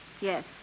Yes